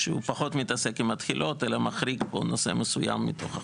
שהוא פחות מתעסק עם התחילות אלא מחריג פה נושא מסוים מתוך החוק.